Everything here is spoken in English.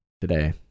today